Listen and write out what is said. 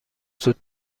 زود